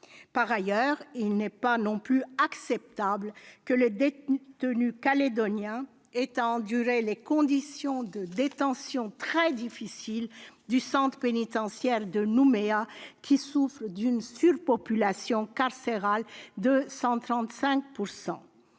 successifs. Il n'est pas non plus acceptable que les détenus calédoniens aient à endurer les conditions de détention très difficiles du centre pénitentiaire de Nouméa, où la surpopulation carcérale atteint